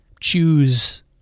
choose